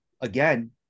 again